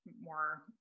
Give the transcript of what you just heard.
more